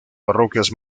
parroquias